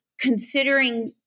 considering